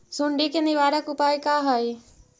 सुंडी के निवारक उपाय का हई?